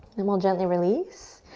and we'll gently release.